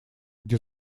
где